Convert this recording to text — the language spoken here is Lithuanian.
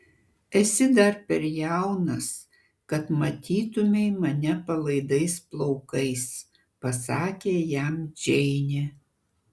esi dar per jaunas kad matytumei mane palaidais plaukais pasakė jam džeinė